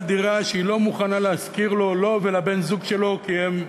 דירה שהיא לא מוכנה להשכיר לו ולבן-זוג שלו כי הם,